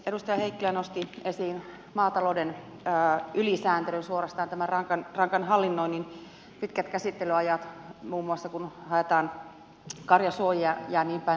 edustaja heikkilä nosti esiin maatalouden ylisääntelyn suorastaan tämän rankan hallinnoinnin pitkät käsittelyajat muun muassa kun haetaan karjasuojia ja niinpäin pois